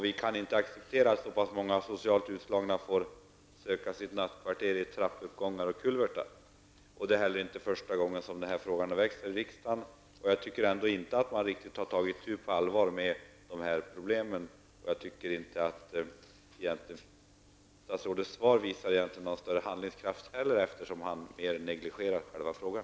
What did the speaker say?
Vi kan inte acceptera att så många socialt utslagna får söka sig nattkvarter i trappuppgångar och kulvertar. Det är inte heller första gången som den här frågan väckts här i riksdagen. Jag tycker inte att man riktigt på allvar tagit itu med det här problemet. Jag tycker inte heller att statsrådets svar visar någon större handlingskraft, eftersom han snarast negligerar själva frågan.